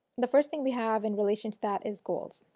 the first thing we have in relation to that is goals.